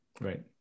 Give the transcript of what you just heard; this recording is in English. Right